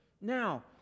Now